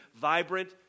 vibrant